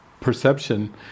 perception